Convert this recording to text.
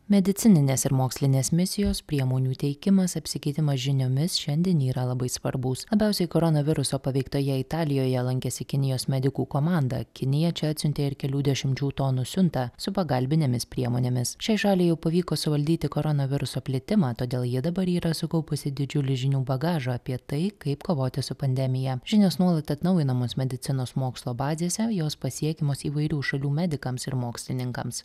medicininės ir mokslinės misijos priemonių teikimas apsikeitimas žiniomis šiandien yra labai svarbus labiausiai koronaviruso paveiktoje italijoje lankėsi kinijos medikų komanda kinija čia atsiuntė ir kelių dešimčių tonų siuntą su pagalbinėmis priemonėmis šiai šaliai jau pavyko suvaldyti koronaviruso plitimą todėl ji dabar yra sukaupusi didžiulį žinių bagažą apie tai kaip kovoti su pandemija žinios nuolat atnaujinamos medicinos mokslo bazėse jos pasiekiamos įvairių šalių medikams ir mokslininkams